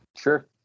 Sure